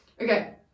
okay